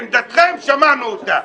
עמדתכם שמענו אותה.